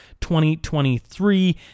2023